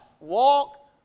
Walk